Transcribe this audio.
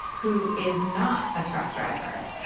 who is not a truck driver.